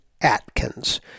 Atkins